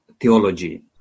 theology